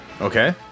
Okay